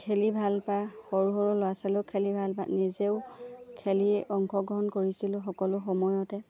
খেলি ভাল পায় সৰু সৰু ল'ৰ ছোৱালীয়েও খেলি ভাল পায় নিজেও খেলি অংশগ্ৰহণ কৰিছিলোঁ সকলো সময়তে